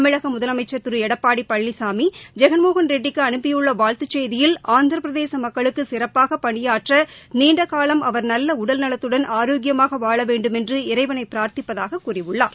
தமிழக முதலமைச்சர் திரு எடப்பாடி பழனிசாமி ஜெகன்மோகன் ரெட்டிக்கு அனுப்பியுள்ள வாழ்த்துச் செய்தியில் ஆந்திர பிரதேச மக்களுக்கு சிறப்பாக பணியாற்ற நீண்டகாலம் அவர் நல்ல உடல் நலத்துடன் ஆரோக்கியமாக வாழ வேண்டுமென்று இறைவனை பிரா்த்திப்பதாகக் கூறியுள்ளார்